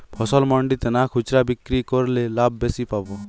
ফসল মন্ডিতে না খুচরা বিক্রি করলে লাভ বেশি পাব?